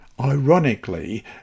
Ironically